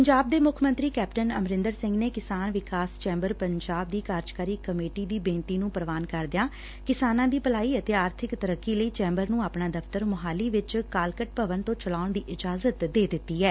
ਪੰਜਾਬ ਦੇ ਮੁੱਖ ਮੰਤਰੀ ਕੈਪਟਨ ਅਮਰਿੰਦਰ ਸਿੰਘ ਨੇ ਕਿਸਾਨ ਵਿਕਾਸ ਚੈਬਰ ਪੰਜਾਬ ਦੀ ਕਾਰਜਕਾਰੀ ਕਮੇਟੀ ਦੀ ਬੇਨਡੀ ਨੰ ਪੁਵਾਨ ਕਰਦਿਆਂ ਕਿਸਾਨਾਂ ਦੀ ਭਲਾਈ ਅਤੇ ਆਰਥਿਕ ਤਰੱਕੀ ਲਈ ਚੈਂਬਰ ਨੂੰ ਆਪਣਾ ਦਫ਼ਤਰ ਮੋਹਾਲੀ ਵਿਚ ਕਾਲਕਟ ਭਵਨ ਤੈਂ ਚਲਾਉਣ ਦੀ ਇਜਾਜ਼ਤ ਦੇ ਦਿੱਤੀ ਐ